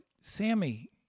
Sammy